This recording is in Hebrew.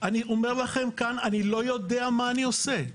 אני אומר לכם כאן, אני לא יודע מה אני עושה,